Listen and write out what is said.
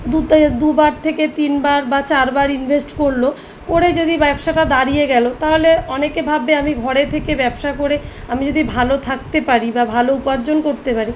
দু তে দুবার থেকে তিনবার বা চারবার ইনভেস্ট করল করে যদি ব্যবসাটা দাঁড়িয়ে গেলো তাহলে অনেকে ভাববে আমি ঘরে থেকে ব্যবসা করে আমি যদি ভালো থাকতে পারি বা ভালো উপার্জন করতে পারি